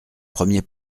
premier